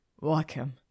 welcome